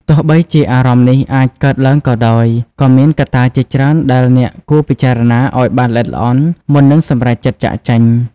ទោះបីជាអារម្មណ៍នេះអាចកើតឡើងក៏ដោយ ក៏មានកត្តាជាច្រើនដែលអ្នកគួរពិចារណាឲ្យបានល្អិតល្អន់ មុននឹងសម្រេចចិត្តចាកចេញ។